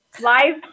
Live